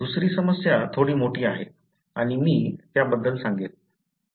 दुसरी समस्या थोडी मोठी आहे आणि मी त्याबद्दल सांगेल